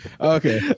Okay